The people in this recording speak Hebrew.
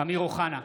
אמיר אוחנה,